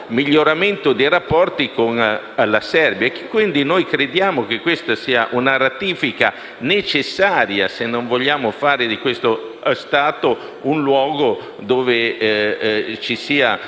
miglioramento dei rapporti con la Serbia. Crediamo pertanto che questa sia un ratifica necessaria se non vogliamo fare di questo Stato un luogo dove ci sia